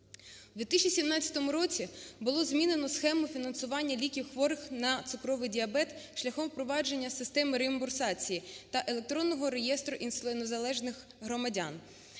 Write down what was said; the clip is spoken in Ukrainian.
В 2017 році було змінено схему фінансування ліків для хворих на цукровий діабет шляхом впровадження системиреімбурсації та електронного реєстру інсулінозалежних громадян,